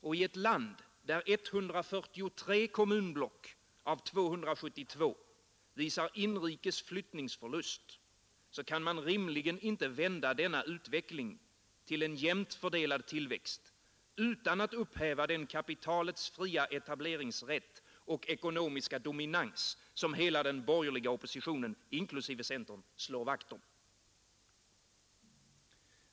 Och i ett land där 143 kommunblock av 272 visar inrikes flyttningsförlust, kan man rimligen inte vända denna utveckling i en jämnt fördelad tillväxt utan att upphäva den kapitalets fria etableringsrätt och ekonomiska dominans som hela den borgerliga oppositionen inklusive centern slår vakt om.